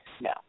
No